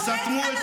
-- וסתמו את